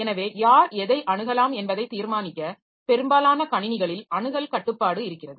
எனவே யார் எதை அணுகலாம் என்பதை தீர்மானிக்க பெரும்பாலான கணினிகளில் அணுகல் கட்டுப்பாடு இருக்கிறது